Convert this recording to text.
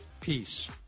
peace